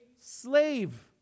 slave